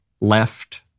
left